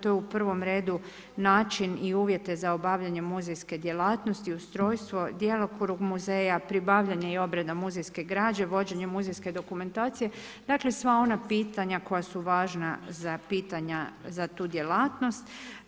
To je u prvom redu način i uvjete za obavljanje muzejske djelatnosti, ustrojstvo, djelokrug muzeja, pribavljanje i obrada muzejske građe, vođenje muzejske dokumentacije, dakle sva ona pitanja koja su važna za pitanja za tu djelatnost.